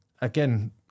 again